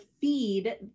feed